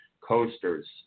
coasters